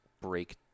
break